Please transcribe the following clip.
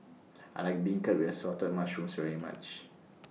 I like Beancurd with Assorted Mushrooms very much